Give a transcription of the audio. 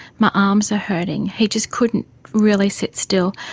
my arms are hurting, he just couldn't really sit still.